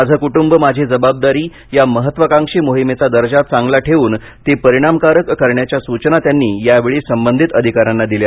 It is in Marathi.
माझे क्ट्ंब माझी जबाबदारी या महत्वाकांक्षी मोहिमेचा दर्जा चांगला ठेवून ती परिणामकारक करण्याच्या सूचना त्यांनी यावेळी संबंधित अधिकाऱ्यांना दिल्या